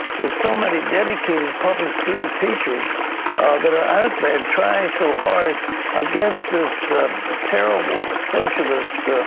there is so many dedicated public schoolteachers that are out there trying so hard against this ah terrible socialist.